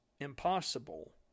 impossible